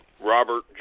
robert